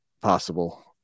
possible